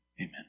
amen